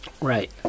right